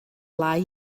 lie